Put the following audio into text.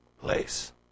place